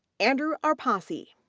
andrew arpasi,